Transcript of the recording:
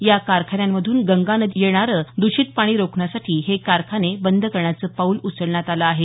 या कारखान्यांमधून गंगा नदीत येणारं दृषित पाणी रोखण्यासाठी हे कारखाने बम्द करण्याचं पाऊल उचलण्यात आलं आहे